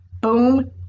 Boom